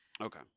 Okay